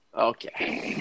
Okay